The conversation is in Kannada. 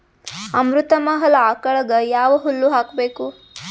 ಅಮೃತ ಮಹಲ್ ಆಕಳಗ ಯಾವ ಹುಲ್ಲು ಹಾಕಬೇಕು?